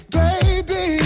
baby